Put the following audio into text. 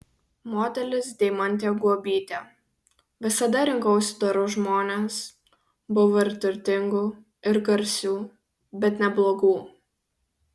modelis deimantė guobytė visada rinkausi dorus žmones buvo ir turtingų ir garsių bet ne blogų